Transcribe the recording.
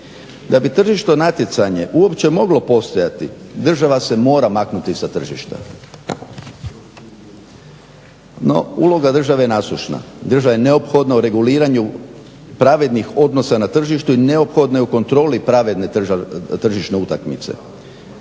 Da bi tržišno natjecanje uopće moglo postojati država se mora maknuti sa tržišta, no uloga države je nasušna. Država je neophodna u reguliranju pravednih odnosa na tržištu i neophodna je u kontroli pravedne tržišne utakmice.